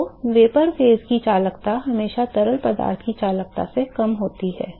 तो वाष्प चरण की चालकता हमेशा तरल की चालकता से कम होती है